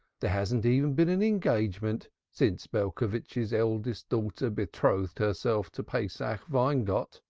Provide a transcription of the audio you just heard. there hasn't even been an engagement since belcovitch's eldest daughter betrothed herself to pesach weingott.